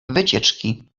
wycieczki